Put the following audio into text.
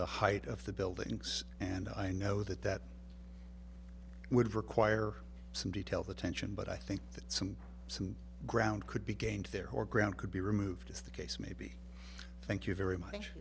the height of the buildings and i know that that would require some detail the tension but i think that some some ground could be gained there or ground could be removed as the case may be thank you very much